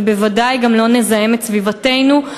וודאי גם לא נזהם את סביבתנו.